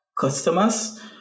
customers